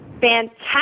fantastic